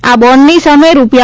આ બોન્ડની સામે રૂા